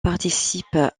participent